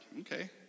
okay